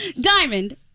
Diamond